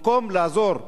במקום לעזור,